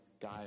guy